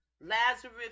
Lazarus